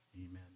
Amen